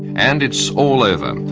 and it's all over.